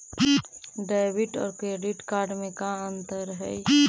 Debit और credit card में का अंतर हइ?